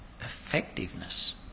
effectiveness